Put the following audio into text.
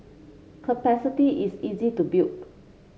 capacity is easy to build